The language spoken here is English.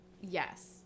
Yes